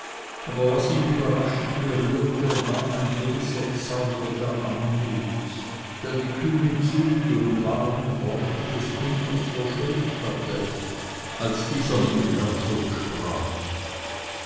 aber was ihn überraschend berührte war ein gewisser zauber der anmut der die kühnen züge und warmen worte des bündners verschönt hatte als dieser mit dem herzog sprach